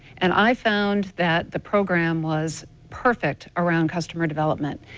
and i found that the program was perfect around customer development.